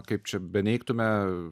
kaip čia beneigtume